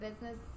business